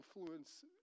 influence